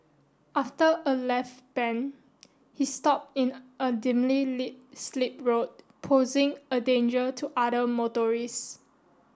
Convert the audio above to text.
after a left bend he stopped in a dimly lit slip road posing a danger to other motorists